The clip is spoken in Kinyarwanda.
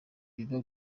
biba